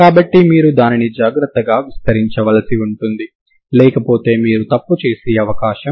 కాబట్టి ఈ f1 negative అయితే మీరు f ను తీసుకోవాలి